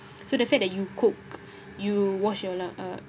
so the fact that you cook you wash your lau~ uh